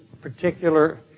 particular